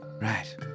Right